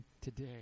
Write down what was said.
today